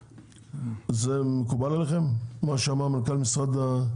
זה מקובל עליכם מה שאמר מנכ"ל משרד החינוך?